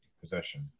possession